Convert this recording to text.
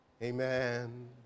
amen